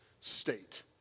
state